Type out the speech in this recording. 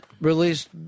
released